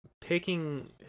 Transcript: picking